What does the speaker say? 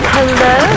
Hello